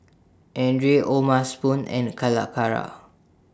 Andre O'ma Spoon and Calacara